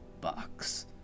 box